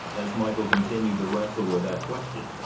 as michael continued to wrestle with that question,